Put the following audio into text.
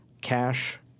cash—